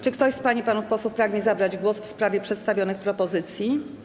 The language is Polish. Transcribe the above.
Czy ktoś z pań i panów posłów pragnie zabrać głos w sprawie przedstawionej propozycji?